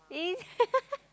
is it